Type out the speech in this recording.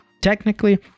Technically